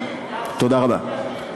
תודה רבה.